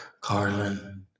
Carlin